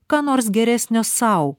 ką nors geresnio sau